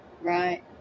Right